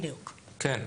כן,